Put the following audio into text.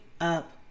up